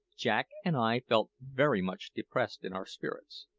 jack and i felt very much depressed in our spirits.